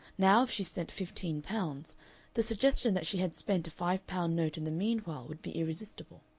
now if she sent fifteen pounds the suggestion that she had spent a five-pound note in the meanwhile would be irresistible.